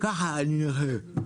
ככה אני אוהב.